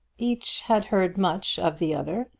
each had heard much of the other,